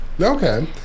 Okay